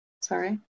Sorry